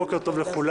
בוקר טוב לכולם.